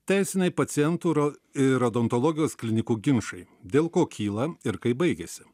teisiniai pacientų ro ir odontologijos klinikų ginčai dėl ko kyla ir kaip baigiasi